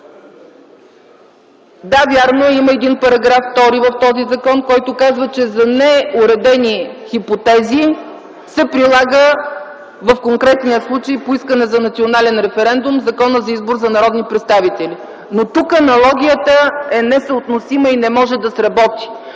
закон има един параграф втори, който казва, че за неуредени хипотези се прилага в конкретния случай – по искане за национален референдум, Законът за избор на народни представители. Но тук аналогията е несъотносима и не може да сработи.